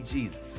Jesus